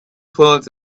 pulled